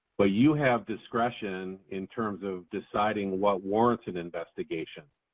but you have discretion in terms of deciding what warrants an investigation.